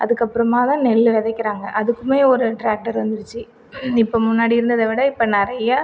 அதுக்கப்றமா தான் நெல் விதைக்கிறாங்க அதுக்கும் ஒரு டிராக்டர் வந்துடுச்சு இப்போ முன்னாடி இருந்ததை விட இப்போ நிறைய